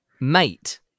mate